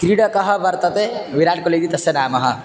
क्रीडकः वर्तते विराट् कोली इति तस्य नाम